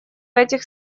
этих